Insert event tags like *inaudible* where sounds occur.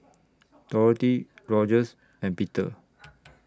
*noise* Dorothy Rogers and Peter